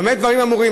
במה דברים אמורים?